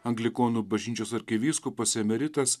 anglikonų bažnyčios arkivyskupas emeritas